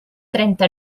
trenta